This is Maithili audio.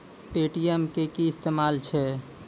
पे.टी.एम के कि इस्तेमाल छै?